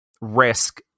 risk